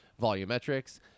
volumetrics